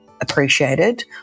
appreciated